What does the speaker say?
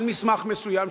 על מסמך מסוים,